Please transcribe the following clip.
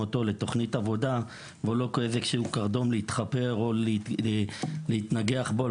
אותו לתוכנית עבודה ולא כאיזשהו קרדום לחפור בו או להתנגח בו.